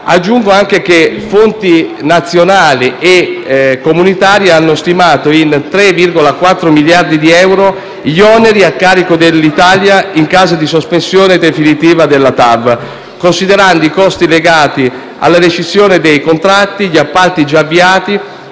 Aggiungo che fonti nazionali e comunitarie hanno stimato in 3,4 miliardi di euro gli oneri a carico dell'Italia in caso di sospensione definitiva della TAV, considerando i costi legati alla rescissione dei contratti, agli appalti già avviati,